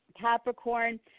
Capricorn